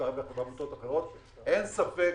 אין ספק